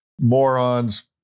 morons